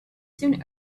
seen